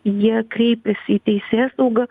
jie kreipėsi į teisėsaugą